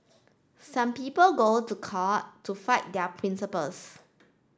some people go to court to fight their principles